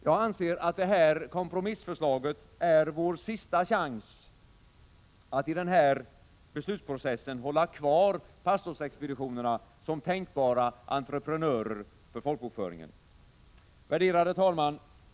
Jag anser att detta kompromissförslag är vår sista chans att i den här beslutsprocessen hålla kvar pastorsexpeditionerna som tänkbara entreprenörer för folkbokföringen. Fru talman!